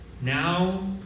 Now